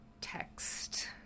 text